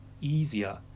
easier